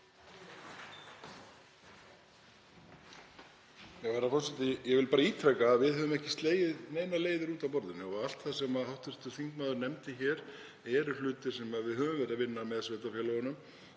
Ég vil bara ítreka að við höfum ekki slegið neinar leiðir út af borðinu og allt það sem hv. þingmaðurinn nefndi eru hlutir sem við höfum verið að vinna með sveitarfélögunum.